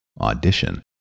audition